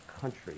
country